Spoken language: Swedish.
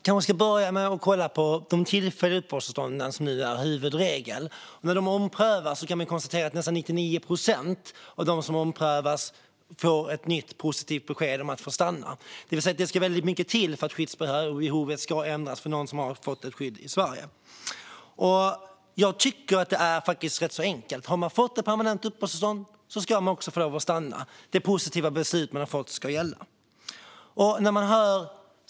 Herr talman! Tillfälliga uppehållstillstånd är nu huvudregel, och när de omprövas får nästan 99 procent ett positivt besked om att de får stanna. Det ska med andra ord väldigt mycket till för att skyddsbehovet ska ändras för den som har fått skydd i Sverige. Jag tycker att det är rätt enkelt. Har man fått ett permanent uppehållstillstånd ska man få lov att stanna. Det positiva beslut man har fått ska gälla.